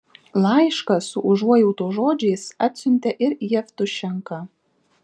laišką su užuojautos žodžiais atsiuntė ir jevtušenka